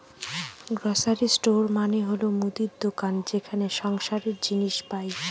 grocery store মানে হল মুদির দোকান যেখানে সংসারের জিনিস পাই